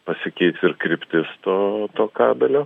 pasikeis ir kryptis to to kabelio